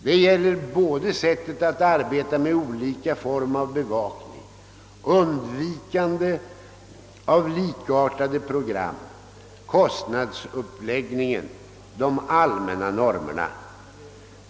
Detta gäller både sättet att arbeta med olika form av bevakning, undvikandet av likartade program, kostnadsuppläggningen och de allmänna normerna.